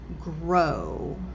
grow